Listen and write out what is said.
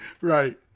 Right